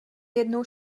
jednou